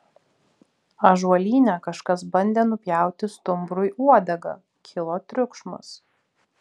ąžuolyne kažkas bandė nupjauti stumbrui uodegą kilo triukšmas